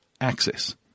access